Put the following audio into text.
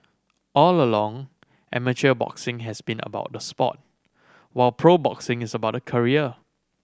all along amateur boxing has been about the sport while pro boxing is about career